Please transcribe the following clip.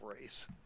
race